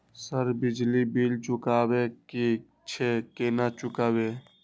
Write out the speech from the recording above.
Sir बिजली bill चुकाबे की छे केना चुकेबे?